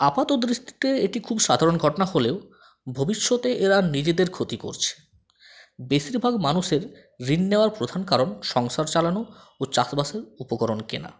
আপাতদৃষ্টিতে এটি খুব সাধারণ ঘটনা হলেও ভবিষ্যতে এরা নিজেদের ক্ষতি করছে বেশিরভাগ মানুষের ঋণ নেওয়ার প্রধান কারণ সংসার চালানো ও চাষবাসের উপকরণ কেনা